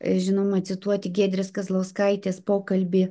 žinoma cituoti giedrės kazlauskaitės pokalbį